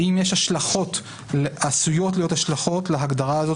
האם עשויות להיות השלכות להגדרה הזאת